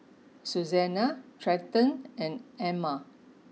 Susannah Trenton and Amma